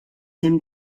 him